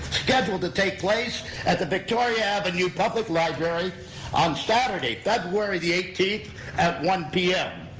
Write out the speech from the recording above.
scheduled to take place at the victoria avenue public library on saturday, february the eighteenth at one p m.